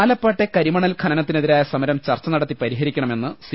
ആലപ്പാട്ടെ കരിമണൽ ഖനനത്തിനെതിരായ സമരം ചർച്ച നടത്തി പരിഹരിക്കണമെന്ന് സി